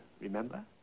Remember